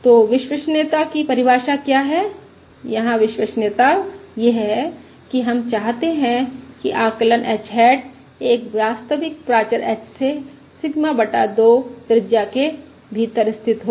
तो विश्वसनीयता की परिभाषा क्या है यहाँ विश्वसनीयता यह है कि हम चाहते हैं कि आकलन h हैट एक वास्तविक प्राचर h से सिग्मा बटा 2 त्रिज्या के भीतर स्थित हो